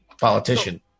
Politician